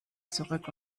zurück